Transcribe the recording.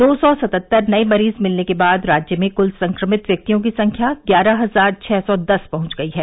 दो सौ सतहत्तर नए मरीज मिलने के बाद राज्य में कुल संक्रभित व्यक्तियों की संख्या ग्यारह हजार छः सौ दस पहुंच गयी है